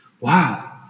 wow